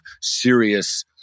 serious